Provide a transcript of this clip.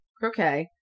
Croquet